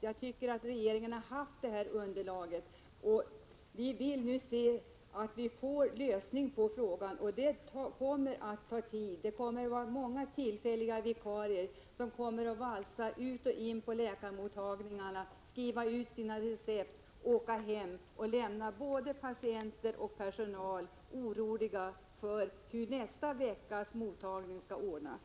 Regeringen har haft tillgång till det här underlaget. Vi vill nu se en lösning på frågan. Det kommer att ta tid, och många tillfälliga vikarier kommer att valsa ut och in på läkarmottagningarna, skriva ut sina recept, åka hem och lämna både patienter och personal som är oroliga för hur nästa veckas mottagning skall ordnas.